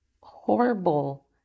horrible